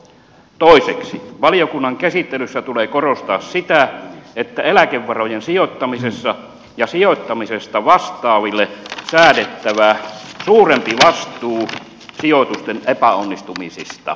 toiseksi valiokunnan käsittelyssä tulee korostaa sitä että eläkevarojen sijoittamisessa ja sijoittamisesta vastaaville on säädettävä suurempi vastuu sijoitusten epäonnistumisista